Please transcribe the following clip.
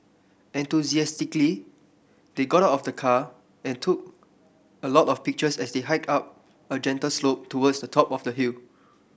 enthusiastically they got out of the car and took a lot of pictures as they hiked up a gentle slope towards the top of the hill